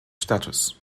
status